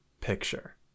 picture